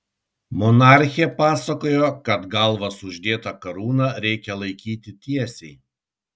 monarchė pasakojo kad galvą su uždėta karūna reikia laikyti tiesiai